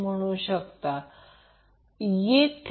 म्हणून तो VAB v आहे